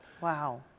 Wow